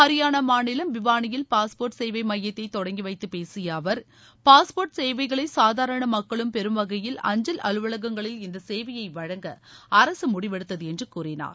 ஹரியானா மாநிலம் பிவானியில் பாஸ்போர்ட் சேவை மையத்தை தொடங்கி வைத்து பேசிய அவர் பாஸ்போர்ட் சேவைகளை சாதாரண மக்களும் பெரும் வகையில் அஞ்சல் அலுவலங்களில் இந்த சேவையை வழங்க அரசு முடிவெடுத்தது என்று கூறினார்